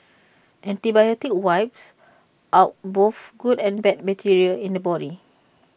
antibiotics wipes out both good and bad bacteria in the body